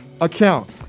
account